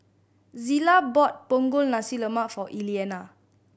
Zillah bought Punggol Nasi Lemak for Elliana